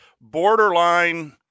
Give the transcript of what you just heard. borderline